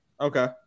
Okay